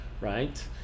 right